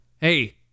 Hey